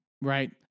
Right